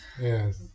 Yes